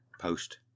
post